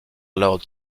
lord